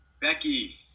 Becky